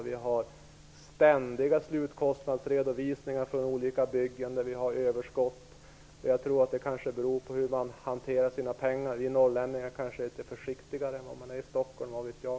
Vi har ständiga slutkostnadsredovisningar från olika byggen som visar överskott. Jag tror att det kanske beror på hur man hanterar sina pengar. Vi norrlänningar kanske är litet försiktigare än vad man är i Stockholm, vad vet jag?